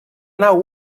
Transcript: nau